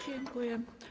Dziękuję.